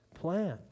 plan